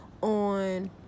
on